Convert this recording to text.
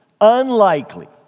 unlikely